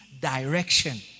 direction